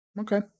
Okay